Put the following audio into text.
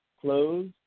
closed